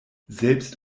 selbst